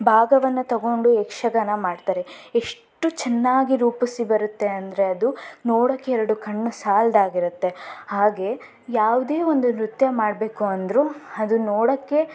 ಭಾಗವನ್ನು ತಗೊಂಡು ಯಕ್ಷಗಾನ ಮಾಡ್ತಾರೆ ಎಷ್ಟು ಚೆನ್ನಾಗಿ ರೂಪಿಸಿ ಬರುತ್ತೆ ಅಂದರೆ ಅದು ನೋಡಕ್ಕೆ ಎರಡು ಕಣ್ಣು ಸಾಲದಾಗಿರುತ್ತೆ ಹಾಗೇ ಯಾವುದೇ ಒಂದು ನೃತ್ಯ ಮಾಡಬೇಕು ಅಂದರೂ ಅದು ನೋಡೋಕ್ಕೆ